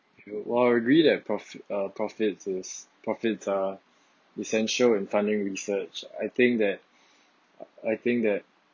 ya I agree that pro~ uh profits is profits are essential in funding research I think that I think that